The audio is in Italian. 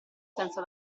senza